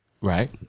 Right